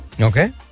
Okay